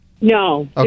No